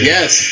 Yes